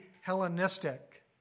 Hellenistic